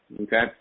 Okay